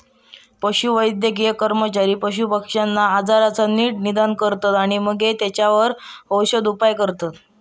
पशुवैद्यकीय कर्मचारी पशुपक्ष्यांच्या आजाराचा नीट निदान करतत आणि मगे तेंच्यावर औषदउपाय करतत